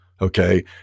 Okay